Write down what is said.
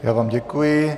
Já vám děkuji.